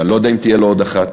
ואני לא יודע אם תהיה לו עוד אחת,